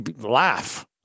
laugh